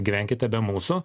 gyvenkite be mūsų